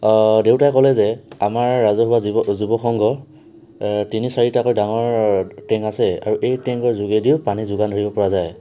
দেউতাই ক'লে যে আমাৰ ৰাজহুৱা জীৱ যুৱ সংঘ তিনি চাৰিটাকৈ ডাঙৰ টেংক আছে আৰু এই টেংকৰ যোগেদিও পানী যোগান ধৰিব পৰা যায়